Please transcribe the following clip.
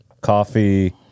coffee